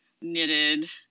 knitted